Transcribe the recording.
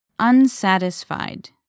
Unsatisfied